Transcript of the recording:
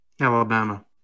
Alabama